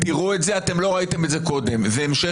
תראו את זה, לא ראיתם את זה קודם זה המשך